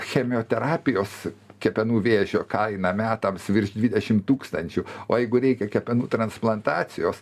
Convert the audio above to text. chemioterapijos kepenų vėžio kaina metams virš dvidešim tūkstančių o jeigu reikia kepenų transplantacijos